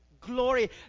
glory